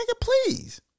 please